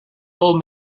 old